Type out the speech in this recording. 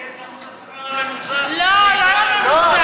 אם זה יהיה צמוד לשכר הממוצע, לא, לא לממוצע.